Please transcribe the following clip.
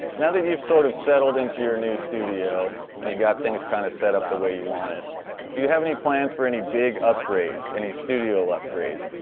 now that you've sort of settled into your new studio and you got things kind of set up the way you want it do you have any plans for any big upgrades? any studio upgrades?